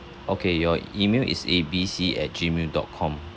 okay your email is A B C at gmail dot com